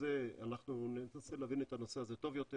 אנחנו ננסה להבין את הנושא הזה טוב יותר,